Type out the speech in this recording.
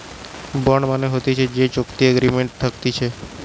bond মানে হতিছে যে চুক্তি এগ্রিমেন্ট থাকতিছে